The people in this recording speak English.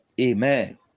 Amen